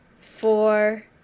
four